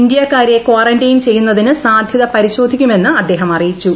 ഇന്ത്യാക്കാറ്ട്ത്ത് quarantine ചെയ്യുന്നതിന് സാധൃത പരിശോധിക്കുമെന്ന് അദ്ദേഹം അറിയിച്ചു